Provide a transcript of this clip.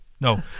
No